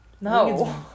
no